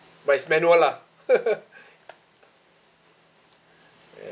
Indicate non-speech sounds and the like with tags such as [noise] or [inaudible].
but it's manual lah [laughs]